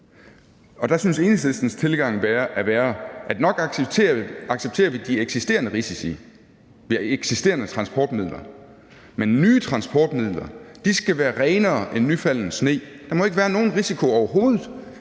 Der synes Enhedslistens tilgang er at være, at nok accepterer vi de eksisterende risici ved eksisterende transportmidler, men nye transportmidler skal være renere end nyfalden sne. Der må ikke være nogen risiko overhovedet.